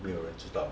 没有人知道